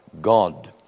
God